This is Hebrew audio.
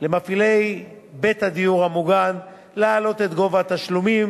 למפעילי בית הדיור המוגן להעלות את גובה התשלומים